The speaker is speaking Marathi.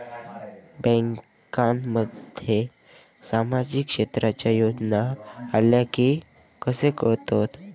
बँकांमध्ये सामाजिक क्षेत्रांच्या योजना आल्या की कसे कळतत?